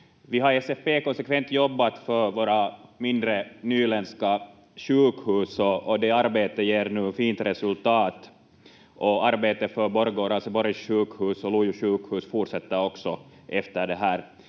SFP konsekvent jobbat för våra mindre nyländska sjukhus, och det arbetet ger nu fint resultat. Arbetet för Borgå och Raseborgs sjukhus och Lojo sjukhus fortsätter också efter det här,